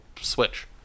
Switch